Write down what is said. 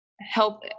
help